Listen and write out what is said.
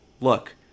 look